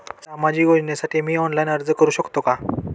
सामाजिक योजनेसाठी मी ऑनलाइन अर्ज करू शकतो का?